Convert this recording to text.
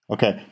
Okay